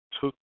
took